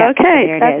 Okay